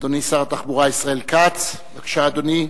אדוני שר התחבורה ישראל כץ, בבקשה, אדוני.